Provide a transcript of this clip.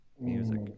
music